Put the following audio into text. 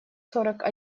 сорок